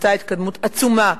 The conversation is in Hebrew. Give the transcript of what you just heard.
נעשתה התקדמות עצומה,